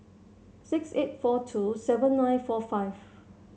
six eight four two seven nine four five